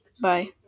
Bye